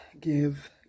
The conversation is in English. give